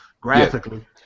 graphically